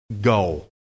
go